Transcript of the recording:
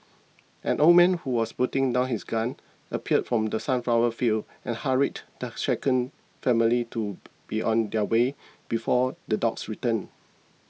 an old man who was putting down his gun appeared from the sunflower fields and hurried the shaken family to be on their way before the dogs return